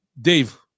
Dave